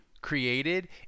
created